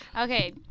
Okay